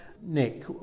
Nick